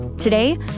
Today